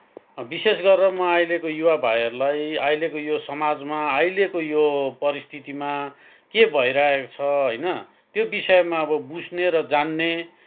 विशेष गरेर म अहिलेको युवा भाइहरूलाई अहिलेको यो समाजमा अहिलेको यो परिस्थितिमा के भइरहेको छ होइन त्यो विषयमाअब बुझ्ने र जान्ने